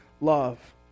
love